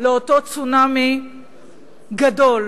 לאותו צונאמי גדול,